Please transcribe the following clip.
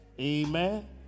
amen